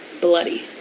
Bloody